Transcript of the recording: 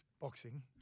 boxing